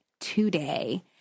today